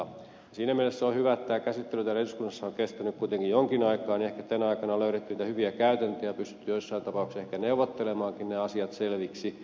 siinä mielessä on hyvä että kun tämä käsittely täällä eduskunnassa on kestänyt kuitenkin jonkin aikaa niin ehkä tänä aikana on löydetty niitä hyviä käytäntöjä ja pystytty joissain tapauksissa ehkä neuvottelemaankin ne asiat selviksi